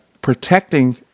protecting